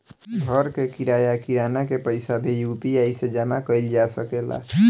घर के किराया, किराना के पइसा भी यु.पी.आई से जामा कईल जा सकेला